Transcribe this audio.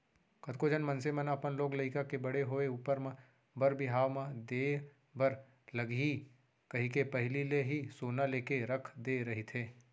कतको झन मनसे मन अपन लोग लइका के बड़े होय ऊपर म बर बिहाव म देय बर लगही कहिके पहिली ले ही सोना लेके रख दे रहिथे